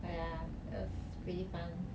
but ya it was pretty fun